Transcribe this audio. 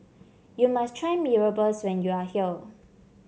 you must try Mee Rebus when you are here